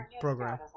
program